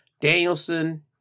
Danielson